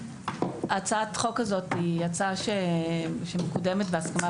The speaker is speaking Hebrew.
הצעת החוק הזאת היא הצעה שמקודמת בהסכמה,